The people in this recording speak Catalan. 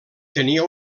tenia